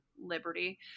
Liberty